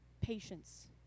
patience